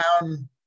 down